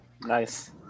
Nice